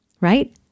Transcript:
right